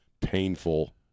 painful